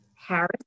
Harris